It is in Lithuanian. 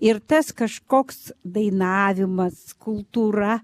ir tas kažkoks dainavimas kultūra